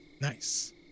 Nice